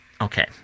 Okay